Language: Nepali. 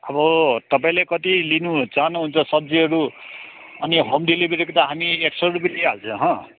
अब तपाईँले कति लिनु चाहनुहुन्छ सब्जीहरू अनि होम डेलिभरीको त हामी एक सौ रुपियाँ लिइहाल्छ हँ